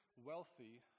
wealthy